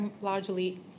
largely